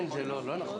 אין בעיה.